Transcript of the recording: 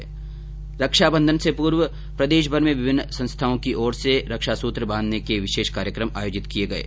कल रक्षाबंधन से पूर्व प्रदेश में विभिन्न संस्थाओं की ओर से रक्षा सूत्र बांधने के विशेष कार्यक्रम आयोजित किये गये